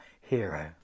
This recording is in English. hero